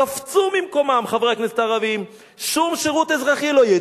קפצו ממקומם חברי הכנסת הערבים: שום שירות לא יהיה,